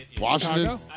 Washington